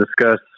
discuss